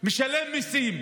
משלם מיסים.